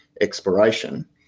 exploration